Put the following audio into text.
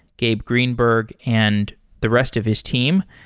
gabe greenberg, and the rest of his team.